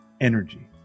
energy